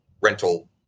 rental